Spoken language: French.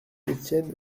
étienne